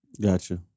Gotcha